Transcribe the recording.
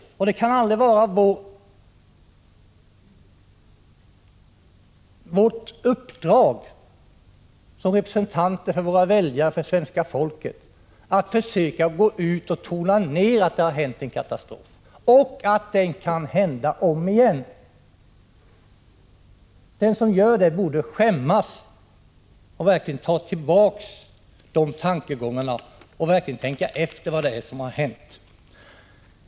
I denna situation kan det aldrig ingå i vårt uppdrag som representanter för våra väljare och för svenska folket att försöka gå ut och tona ned denna katastrof och att säga att den inte kan ske igen. Den som gör det borde skämmas och ta tillbaka sådana uttalanden och tänka efter vad det är som har hänt.